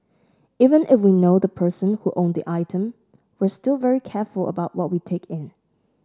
even if we know the person who owned the item we're still very careful about what we take in